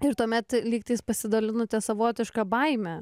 ir tuomet lygtais pasidalinote savotišką baime